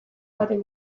baten